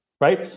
right